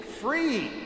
free